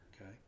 Okay